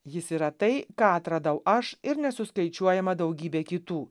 jis yra tai ką atradau aš ir nesuskaičiuojama daugybė kitų